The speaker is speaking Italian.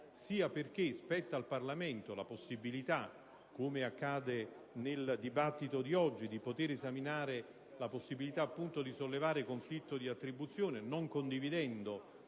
sia perché spetta al Parlamento, come accade nel dibattito di oggi, di poter esaminare la possibilità di sollevare conflitto di attribuzione, non condividendo